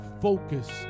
Focus